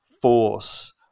force